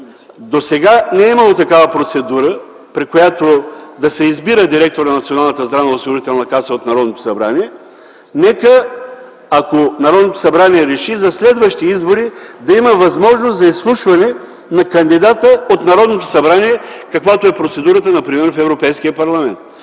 Досега не е имало такава процедура, по която да се избира директор на Националната здравноосигурителна каса от Народното събрание. Нека, ако Народното събрание реши, за следващи избори да има възможност за изслушване на кандидата от Народното събрание, каквато е процедурата например в Европейския парламент.